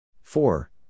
Four